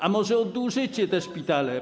A może oddłużycie te szpitale?